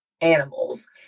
animals